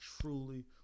truly